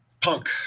Punk